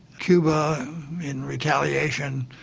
cuba in retaliation,